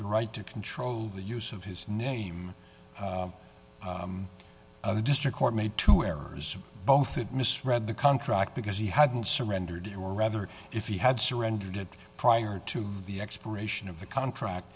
the right to control the use of his name of the district court made two errors both that misread the contract because he had surrendered or rather if he had surrendered it prior to the expiration of the contract